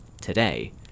today